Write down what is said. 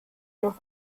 noch